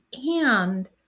And-